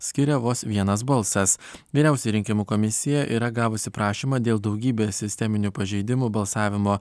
skiria vos vienas balsas vyriausioji rinkimų komisija yra gavusi prašymą dėl daugybės sisteminių pažeidimų balsavimo